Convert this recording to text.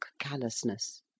callousness